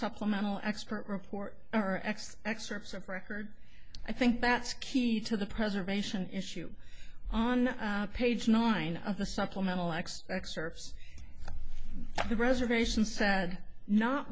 supplemental expert report or ex excerpts of record i think that's key to the preservation issue on page nine of the supplemental x x or the reservation